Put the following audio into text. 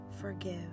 forgive